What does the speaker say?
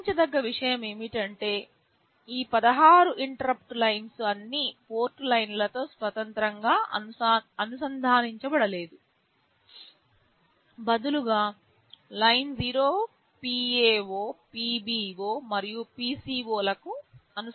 గమనించదగ్గ విషయం ఏమిటంటే ఈ 16 ఇంటరుప్పుట్ లైన్స్ అన్ని పోర్ట్ లైన్లతో స్వతంత్రంగా అనుసంధానించబడలేదు బదులుగా లైన్ 0 PA0 PB0 మరియు PC0 లకు అనుసంధానించబడి ఉంది